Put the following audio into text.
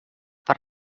per